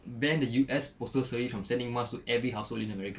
ban the U_S postal service from sending masks to every household in america